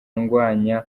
ndwanya